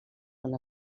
són